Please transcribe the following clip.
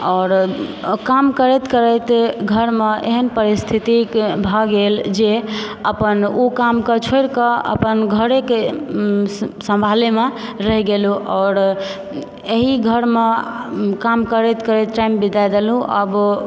आओर काम करैत करैत घरमे एहन परिस्थिति भऽ गेल जे अपन ओ कामके छोड़िके अपन घरेके सम्भालयमे रही गेलुँ आओर एहि घरमे काम करैत करैत टाइम बिता देलूँ अब